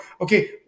okay